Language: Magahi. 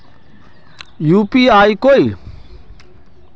यु.पी.आई कोई